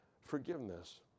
forgiveness